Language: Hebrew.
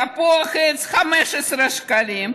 תפוח עץ, 15 שקלים.